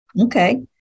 Okay